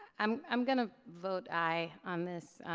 um i'm gonna vote i on this,